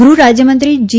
ગૃહરાજ્યમંત્રી જી